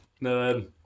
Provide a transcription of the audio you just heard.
No